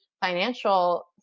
financial